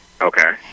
Okay